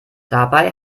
dabei